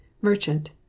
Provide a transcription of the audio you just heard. Merchant